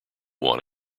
want